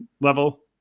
level